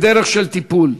בדרך של טיפול,